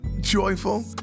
joyful